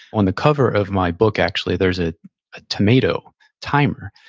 on the cover of my book, actually, there's a tomato timer,